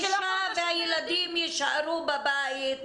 האישה והילדים יישארו בבית,